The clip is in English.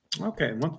Okay